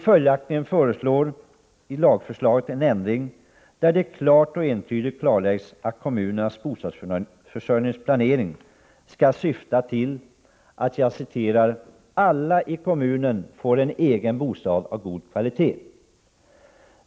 Följaktligen innehåller lagförslaget en ändring, där det klart och entydigt fastställs att kommunernas bostadsförsörjningsplanering skall syfta till att ”alla i kommunen får en egen bostad av god kvalitet”.